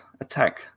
attack